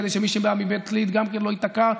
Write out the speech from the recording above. כדי שמי שבא מבית ליד גם כן לא ייתקע.